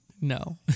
no